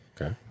Okay